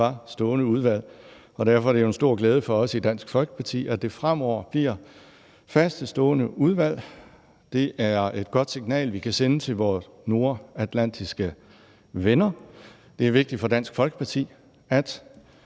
ikke var stående udvalg. Og derfor er det jo en stor glæde for os i Dansk Folkeparti, at det fremover bliver faste stående udvalg. Det er et godt signal, vi kan sende til vores nordatlantiske venner. Det er vigtigt for Dansk Folkeparti, at